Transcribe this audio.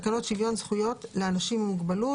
תקנות שוויון זכויות לאנשים עם מוגבלות